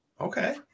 Okay